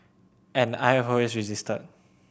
and I have always resisted